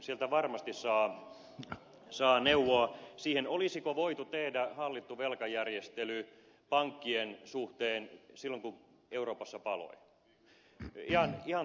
sieltä varmasti saa neuvoa siihen olisiko voitu tehdä hallittu velkajärjestely pankkien suhteen silloin kun euroopassa paloi